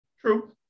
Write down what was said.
True